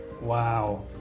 Wow